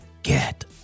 Get